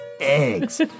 eggs